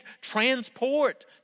transport